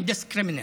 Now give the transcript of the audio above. indiscriminate.